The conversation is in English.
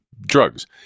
drugs